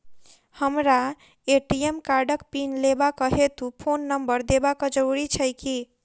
हमरा ए.टी.एम कार्डक पिन लेबाक हेतु फोन नम्बर देबाक जरूरी छै की?